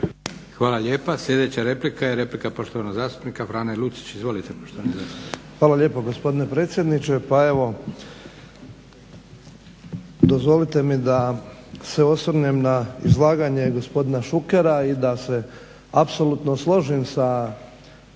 Hvala lijepa. Sljedeća replika je replika poštovanog zastupnika Franje Lucića. Izvolite poštovani zastupniče. **Lucić, Franjo (HDZ)** Hvala lijepo gospodine predsjedniče. Pa evo dozvolite mi da se osvrnem na izlaganje gospodina Šukera i da se apsolutno složim sa